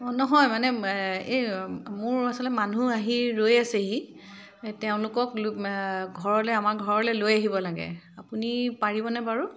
অ' নহয় মানে এই মোৰ আচলতে মানুহ আহি ৰৈ আছেহি তেওঁলোকক লৈ ঘৰলৈ আমাৰ ঘৰলৈ লৈ আহিব লাগে আপুনি পাৰিবনে বাৰু